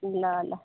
ल ल